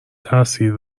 تاثیر